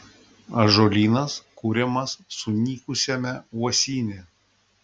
ąžuolynas kuriamas sunykusiame uosyne